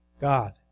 God